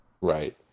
right